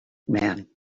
man